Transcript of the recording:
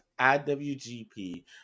IWGP